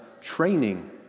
training